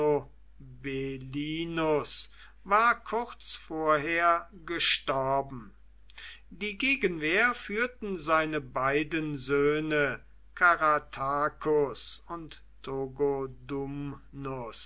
war kurz vorher gestorben die gegenwehr führten seine beiden söhne caratacus und